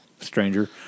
Stranger